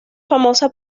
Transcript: famosa